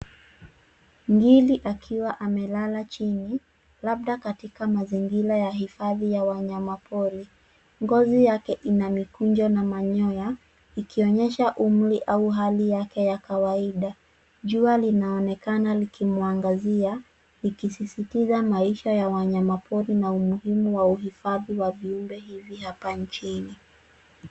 Ngiri akiwa amelala chini labda katika mazingira ya hifadhi ya wanyama pori. Ngozi yake ina mikunjo na manyoya, ikionyesha umri au hali yake ya kawaida. Jua linaonekana likimwangazia likisisitiza maisha ya wanyamapori na umuhimu wa uhifadhi wa viumbe hivi hapa nchini.